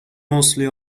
mostly